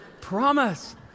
Promise